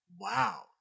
wow